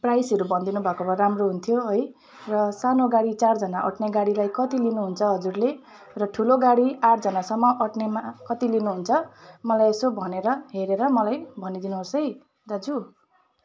प्राइसहरू भनिदिनु भएको भए राम्रो हुन्थ्यो है र सानो गाडी चारजना अँट्ने गाडीलाई कति लिनुहुन्छ हजुरले र ठुलो गाडी आठजनासम्म अँट्नेमा कति लिनुहुन्छ मलाई यसो भनेर हेरेर मलाई भनिदिनु होस् है दाजु